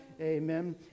amen